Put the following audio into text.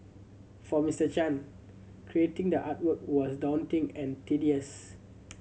for Mister Chan creating the artwork was daunting and tedious